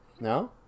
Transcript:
No